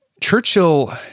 Churchill